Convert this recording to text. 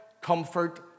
Comfort